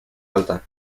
alta